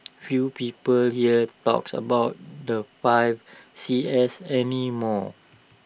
few people here talks about the five C S any more